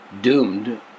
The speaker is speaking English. doomed